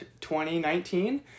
2019